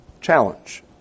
challenge